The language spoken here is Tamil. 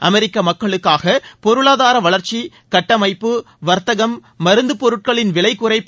அமெிக்க மக்களுக்காக பொருளாதார வளர்ச்சி கட்டமைப்பு வர்த்தகம் மருந்து பொருட்களின் விலை குறைப்பு